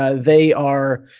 ah they are,